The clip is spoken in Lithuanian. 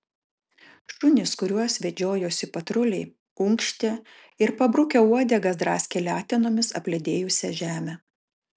šunys kuriuos vedžiojosi patruliai unkštė ir pabrukę uodegas draskė letenomis apledėjusią žemę